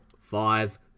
five